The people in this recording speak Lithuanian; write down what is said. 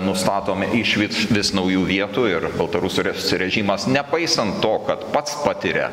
nustatomi iš vis vis naujų vietų ir baltarusijos režimas nepaisant to kad pats patiria